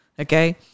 Okay